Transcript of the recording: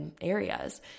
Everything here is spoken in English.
areas